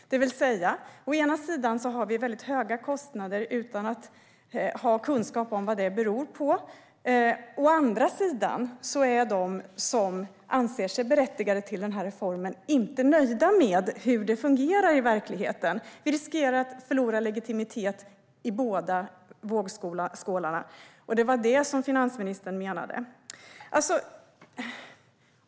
Å ena sidan har vi väldigt höga kostnader utan att ha kunskap om vad det beror på. Å andra sidan är de som anser sig berättigade till assistansreformen inte nöjda med hur det fungerar i verkligheten. Vi riskerar att förlora legitimitet i båda vågskålarna, och det var det som finansministern menade.